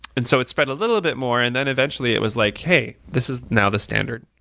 and so it spread a little bit more and then eventually it was like, hey, this is now the standard.